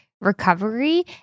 recovery